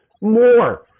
More